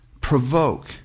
Provoke